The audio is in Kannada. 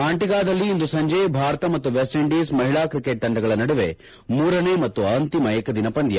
ಆಂಟಿಗಾದಲ್ಲಿ ಇಂದು ಸಂಜೆ ಭಾರತ ಮತ್ತು ವೆಸ್ಟ್ ಇಂಡೀಸ್ ಮಹಿಳಾ ಕ್ರಿಕೆಟ್ ತಂಡಗಳ ನಡುವೆ ಮೂರನೆಯ ಮತ್ತು ಅಂತಿಮ ಏಕದಿನ ಪಂದ್ಯ